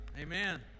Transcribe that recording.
amen